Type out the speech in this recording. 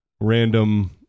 random